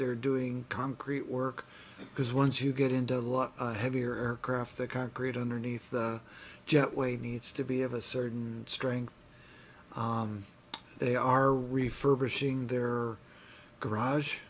there doing concrete work because once you get into a lot heavier craft the concrete underneath the jetway needs to be of a certain strength they are refurbishing their garage